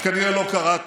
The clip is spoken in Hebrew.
אז כנראה לא קראת